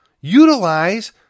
Utilize